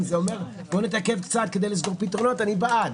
אם זה אומר שנתעכב קצת כדי למצוא פתרונות אני בעד,